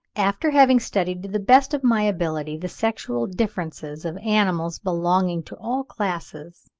after having studied to the best of my ability the sexual differences of animals belonging to all classes,